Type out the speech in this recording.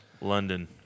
London